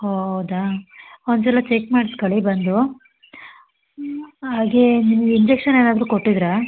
ಹೌದಾ ಒಂದು ಸಲ ಚೆಕ್ ಮಾಡಿಸ್ಕೊಳ್ಳಿ ಬಂದು ಹಾಗೆಯೇ ನಿಮ್ಗೆ ಇಂಜೆಕ್ಷನ್ ಏನಾದರೂ ಕೊಟ್ಟಿದ್ದಿರಾ